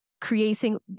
creating